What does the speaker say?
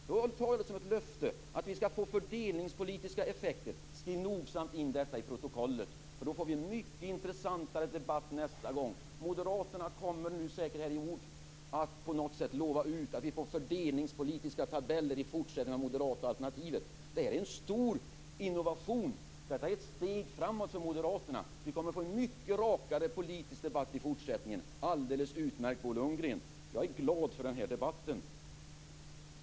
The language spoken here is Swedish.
Jag tar det som ett löfte om att vi skall få se de fördelningspolitiska effekterna. Skriv nogsamt in detta i protokollet! Då kommer vi att få en mycket intressantare debatt nästa gång. Moderaterna kommer säkert på något sätt att i ord lova att vi får fördelningspolitiska tabeller i fortsättningen när det gäller det moderata alternativet. Det är en stor innovation. Detta är ett steg framåt för Moderaterna. Vi kommer att få en mycket rakare politisk debatt i fortsättningen. Det är alldeles utmärkt, Bo Lundgren. Jag är glad över den här debatten.